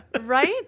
Right